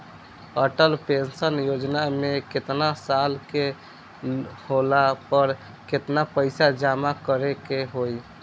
Atal pension Yojana मे केतना साल के होला पर केतना पईसा जमा करे के होई?